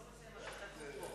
לא זה מה שכתוב פה.